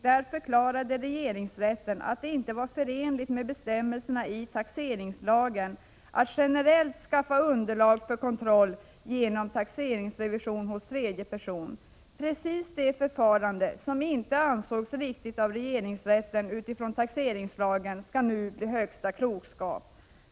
Där förklarade regeringsrätten att det inte var förenligt med bestämmelserna i taxeringslagen att generellt skaffa underlag för kontroll genom taxeringsrevision hos tredje person. Precis det förfarande som inte ansågs riktigt av regeringsrätten utifrån taxeringslagen skall nu bli högsta klokskap.